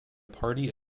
party